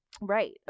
Right